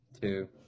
two